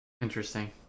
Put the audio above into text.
Interesting